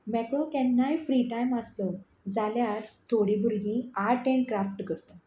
मेकळो केन्नाय free time आसलो जाल्यार थोडीं भुरगीं आट एंड क्राफ्ट करता